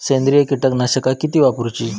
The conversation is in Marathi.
सेंद्रिय कीटकनाशका किती वापरूची?